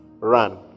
run